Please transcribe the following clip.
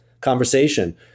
conversation